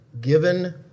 given